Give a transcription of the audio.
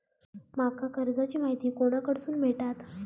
माका कर्जाची माहिती कोणाकडसून भेटात?